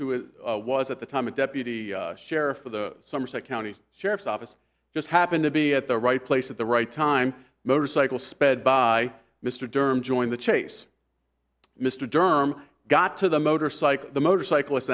who was at the time a deputy sheriff for the somerset county sheriff's office just happened to be at the right place at the right time motorcycle sped by mr durham join the chase mr germ got to the motorcycle the motorcyclist